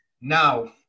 Now